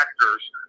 factors